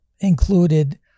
included